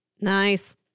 Nice